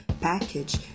package